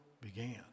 began